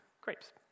grapes